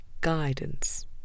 guidance